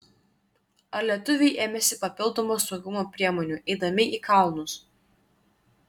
ar lietuviai ėmėsi papildomų saugumo priemonių eidami į kalnus